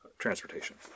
transportation